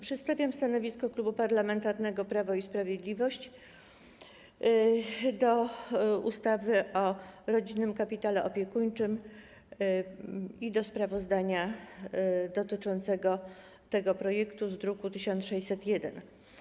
Przedstawiam stanowisko Klubu Parlamentarnego Prawo i Sprawiedliwość wobec ustawy o rodzinnym kapitale opiekuńczym i sprawozdania dotyczącego tego projektu, druk nr 1601.